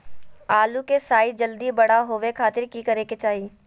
आलू के साइज जल्दी बड़ा होबे खातिर की करे के चाही?